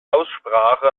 aussprache